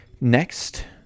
Next